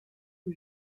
que